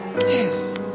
yes